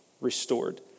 restored